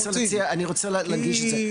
אני רוצה להגיש את זה.